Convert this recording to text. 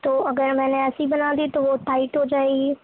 تو اگر میں نے ایسے بنا دی تو وہ ٹائٹ ہو جائے گی